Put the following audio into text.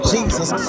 Jesus